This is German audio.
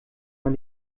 man